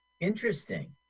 Interesting